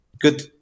good